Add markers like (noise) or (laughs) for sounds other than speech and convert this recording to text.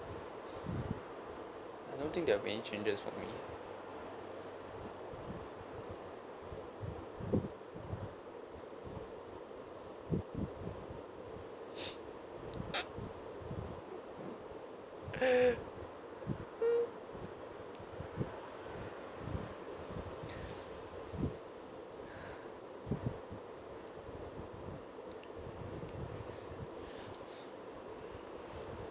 I don't think there are many changes for me (laughs) (breath)